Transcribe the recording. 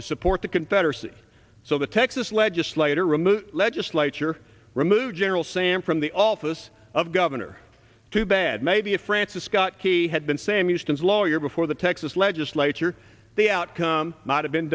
to support the confederacy so the texas legislature removed legislature removed general sam from the office of governor to bad maybe a francis scott key had been same used his lawyer before the texas legislature the outcome not have been